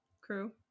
crew